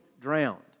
drowned